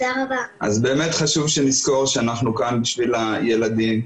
לחשוב שנזכור שאנחנו כאן עבור הילדים.